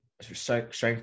strength